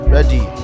Ready